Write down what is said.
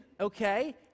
okay